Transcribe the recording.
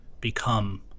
become